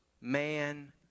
man